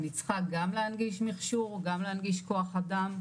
אני צריכה גם להנגיש מכשור, גם להנגיש כוח אדם,